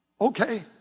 okay